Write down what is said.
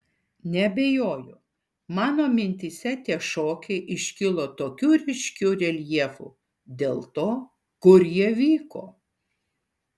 neabejoju mano mintyse tie šokiai iškilo tokiu ryškiu reljefu dėl to kur jie vyko